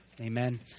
Amen